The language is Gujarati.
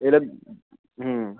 એટલે હમ